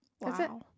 Wow